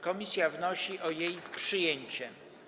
Komisja wnosi o jej przyjęcie.